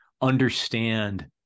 understand